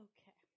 Okay